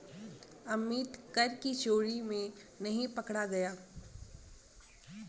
अमित कर की चोरी में नहीं पकड़ा गया